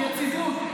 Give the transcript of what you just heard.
עם יציבות,